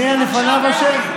מי לפניו היה אשם?